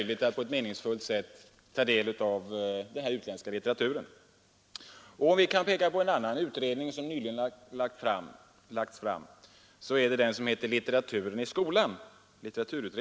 ”Litteraturen i skolan” heter en utredning, som nyligen lagts fram.